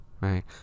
Right